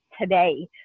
today